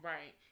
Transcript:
Right